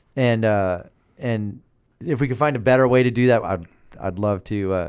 and ah and if we can find a better way to do that, i'd i'd love to.